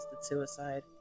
suicide